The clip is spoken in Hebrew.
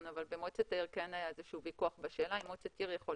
אבל כן היה איזה ויכוח לגבי מועצת עיר בשאלה האם מועצת עיר